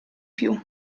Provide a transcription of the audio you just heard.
più